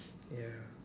ya